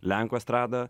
lenkų estradą